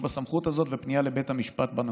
בסמכות הזאת ותיעשה פנייה לבית המשפט בנושא.